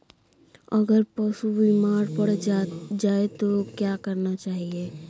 अगर पशु बीमार पड़ जाय तो क्या करना चाहिए?